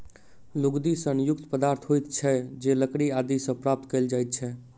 लुगदी सन युक्त पदार्थ होइत छै जे लकड़ी आदि सॅ प्राप्त कयल जाइत छै